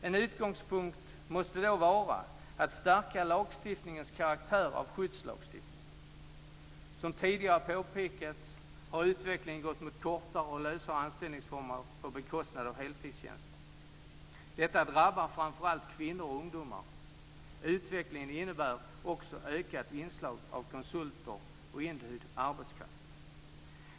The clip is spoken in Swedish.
En utgångspunkt måste då vara att stärka lagstiftningens karaktär av skyddslagstiftning. Som tidigare har påpekats har utvecklingen gått mot kortare och lösare anställningsformer på bekostnad av heltidstjänster. Detta drabbar framför allt kvinnor och ungdomar. Utvecklingen innebär också ökat inslag av konsulter och inhyrd arbetskraft.